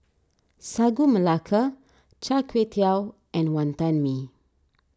Sagu Melaka Char Kway Teow and Wonton Mee